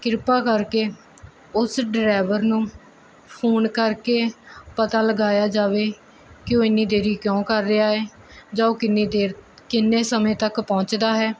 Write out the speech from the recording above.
ਕਿਰਪਾ ਕਰਕੇ ਉਸ ਡਰਾਈਵਰ ਨੂੰ ਫੋਨ ਕਰਕੇ ਪਤਾ ਲਗਾਇਆ ਜਾਵੇ ਕਿ ਉਹ ਇੰਨੀ ਦੇਰੀ ਕਿਉਂ ਕਰ ਰਿਹਾ ਹੈ ਜਾਂ ਕਿੰਨੀ ਦੇਰ ਕਿੰਨੇ ਸਮੇਂ ਤੱਕ ਪਹੁੰਚਦਾ ਹੈ